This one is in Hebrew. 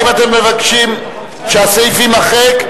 אם אתם מבקשים שהסעיף יימחק,